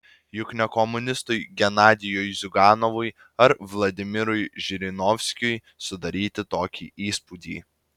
juk ne komunistui genadijui ziuganovui ar vladimirui žirinovskiui sudaryti tokį įspūdį